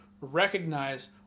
recognize